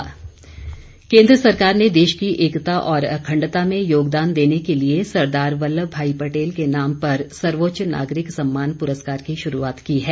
पटेल केन्द्र सरकार ने देश की एकता और अखण्डता में योगदान देने के लिए सरदार वल्लभ भाई पटेल के नाम पर सर्वोच्च नागरिक सम्मान पुरस्कार की शुरूआत की है